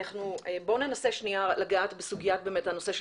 בואו ננסה לגעת באמת בסוגית הנושא של